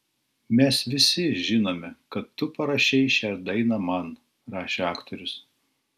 mes visi žinome kad tu parašei šią dainą man rašė aktorius